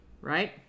Right